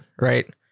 right